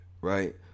right